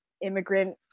immigrant